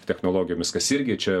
technologijomis kas irgi čia